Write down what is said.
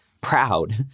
proud